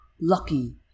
Lucky